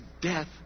death